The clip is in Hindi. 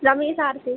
रमेश आरसी